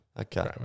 Okay